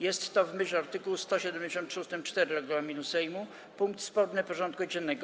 Jest to w myśl art. 173 ust. 4 regulaminu Sejmu punkt sporny porządku dziennego.